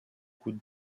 coude